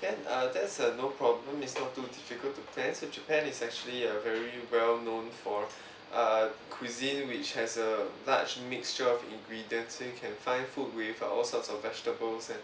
can uh that's uh no problem it's not too difficult to plan so japan is actually a very well known for err cuisine which has a large mixture of ingredients so you can find food with uh all sorts of vegetables and